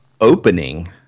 opening